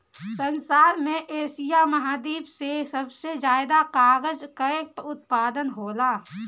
संसार में एशिया महाद्वीप से सबसे ज्यादा कागल कअ उत्पादन होला